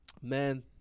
Man